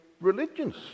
religions